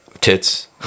tits